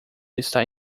está